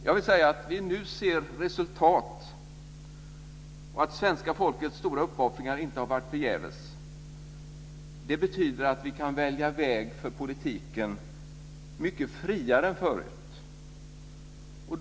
Jag vill säga att vi nu ser resultat och att svenska folkets stora uppoffringar inte har varit förgäves. Det betyder att vi kan välja väg för politiken mycket friare än förut.